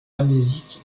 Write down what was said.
amnésique